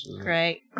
Great